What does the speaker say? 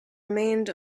remained